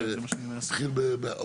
שאנחנו חוזרים למקום שאנחנו לא מבינים אותו.